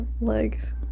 legs